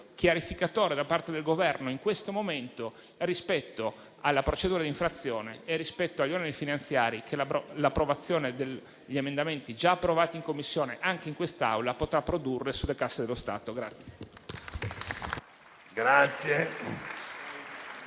chiarificatore da parte del Governo in questo momento rispetto alla procedura di infrazione e rispetto agli oneri finanziari, che l'approvazione degli emendamenti già approvati in Commissione anche in quest'Aula potrà produrre sulle casse dello Stato.